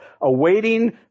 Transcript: awaiting